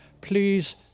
Please